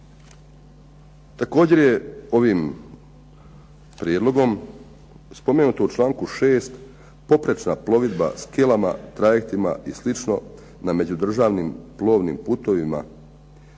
Također je ovim prijedlogom spomenuto u članku 6. Poprečna plovidba skelama, trajektima i slično na međudržavnim plovnim putovima